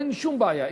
אין שום בעיה.